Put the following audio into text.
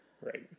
Right